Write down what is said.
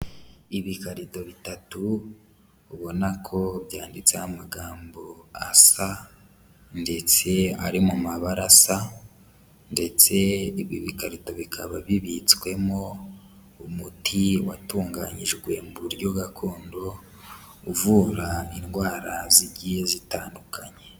Ibikarito bitatu ubona ko byanditseho amagambo asa ndetse ari mu mabarasa ndetse ibi bikarita bikaba bibitswemo umuti watunganyijwe mu buryo gakondo, uvura indwara zigiye zitandukanye.